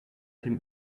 him